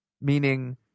Meaning